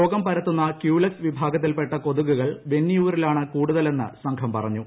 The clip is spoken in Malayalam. രോഗം പരത്തുന്ന കൃുലെക്സ് വിഭാഗത്തിൽപെട്ട കൊതുകുകൾ വെന്നിയൂരിലാണ് കൂടുതലെന്ന് സംഘം പറഞ്ഞു